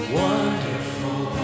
wonderful